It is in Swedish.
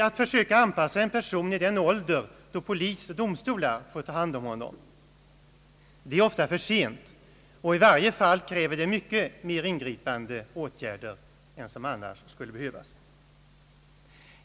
Att försöka anpassa en person i den ålder då polis och domstolar får ta hand om honom är ofta för sent, och i varje fall kräver det mycket mer ingripande åtgärder än som annars skulle behövas.